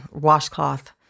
washcloth